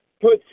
put